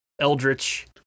eldritch